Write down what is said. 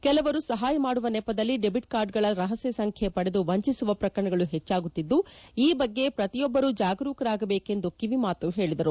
ಕೆಲವರು ಸಹಾಯಮಾಡುವ ನೆಪದಲ್ಲಿ ಡೆಬಿಟ್ ಕಾರ್ಡುಗಳ ರಹಸ್ಕ ಸಂಖ್ಯೆ ಪಡೆದು ವಂಚಿಸುವ ಪ್ರಕರಣಗಳು ಹೆಚ್ಚಾಗುತ್ತಿದ್ದು ಈ ಬಗ್ಗೆ ಪ್ರತಿಯೊಬ್ಬರು ಜಾಗರೂಕರಾಗಬೇಕು ಎಂದು ಕಿವಿಮಾತು ಹೇಳಿದರು